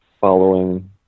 following